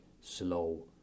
slow